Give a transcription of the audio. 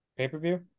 pay-per-view